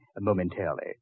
momentarily